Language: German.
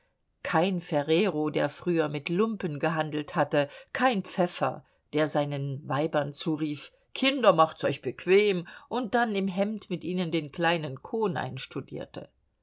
kein ferrero der früher mit lumpen gehandelt hatte kein pfäffer der seinen weibern zurief kinder macht's euch bequem und dann im hemd mit ihnen den kleinen kohn einstudierte